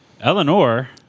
Eleanor